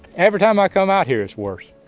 every time i come out here, it's worse.